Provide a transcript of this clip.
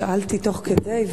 שאלתי תוך כדי,